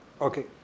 Okay